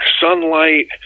sunlight